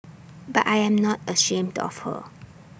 but I am not ashamed of her